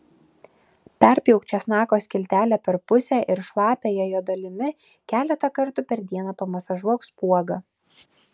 perpjauk česnako skiltelę per pusę ir šlapiąja jo dalimi keletą kartų per dieną pamasažuok spuogą